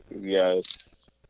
Yes